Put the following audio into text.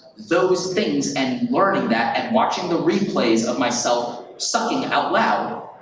those things, and learning that and watching the replays of myself sucking out loud,